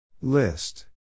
List